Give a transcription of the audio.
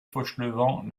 fauchelevent